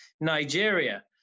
Nigeria